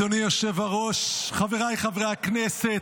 הצבעה מס'